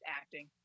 acting